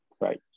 Right